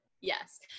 yes